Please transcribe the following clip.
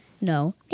No